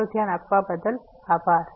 તમારું ધ્યાન આપવા બદલ આભાર